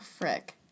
frick